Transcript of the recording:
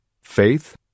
faith